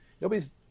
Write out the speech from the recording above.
nobody's